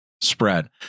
spread